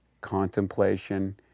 contemplation